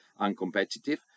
uncompetitive